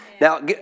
Now